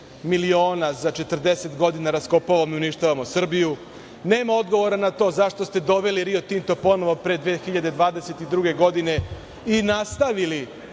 miliona za 40 godina raskopavamo i uništavamo Srbiju? Nema odgovora na to - zašto ste doveli Rio Tinto ponovo pre 2022. godine, i nastavili